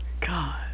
God